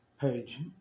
page